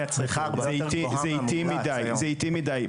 זה איטי מדי.